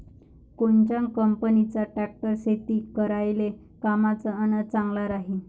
कोनच्या कंपनीचा ट्रॅक्टर शेती करायले कामाचे अन चांगला राहीनं?